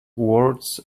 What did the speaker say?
words